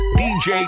dj